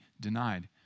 denied